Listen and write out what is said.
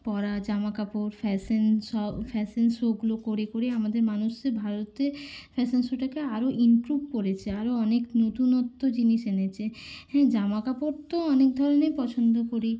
পরা জামা কাপড় ফ্যাশান শো ফ্যাশান শোগুলো করে করে আমাদের মানুষ ভারতে ফ্যাশান শোটাকে আরো ইমপ্রুভ করেছে আরো অনেক নতুনত্ব জিনিস এনেছে হ্যাঁ জামা কাপড় তো অনেক ধরনের পছন্দ করি